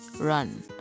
Run